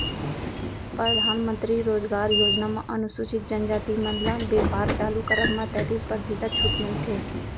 परधानमंतरी रोजगार योजना म अनुसूचित जनजाति मन ल बेपार चालू करब म तैतीस परतिसत छूट मिलथे